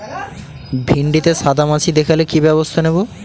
ভিন্ডিতে সাদা মাছি দেখালে কি ব্যবস্থা নেবো?